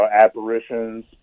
apparitions